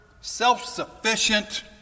self-sufficient